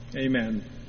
Amen